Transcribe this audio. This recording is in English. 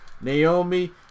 Naomi